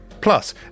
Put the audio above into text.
Plus